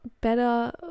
better